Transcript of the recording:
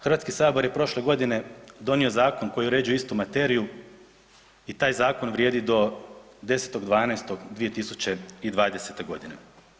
Hrvatski sabor je prošle godine donio Zakon koji uređuje istu materiju i taj zakon vrijedi do 10.12.2020. godine.